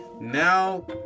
now